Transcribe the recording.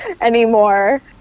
anymore